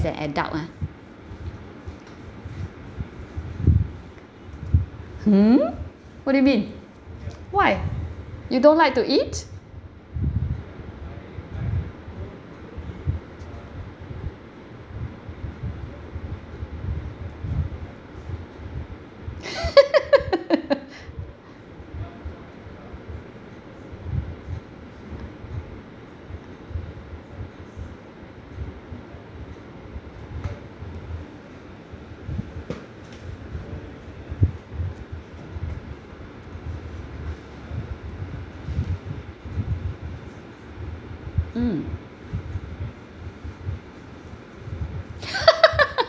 an adult ah hmm what do you mean why you don't like to eat mm